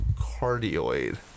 cardioid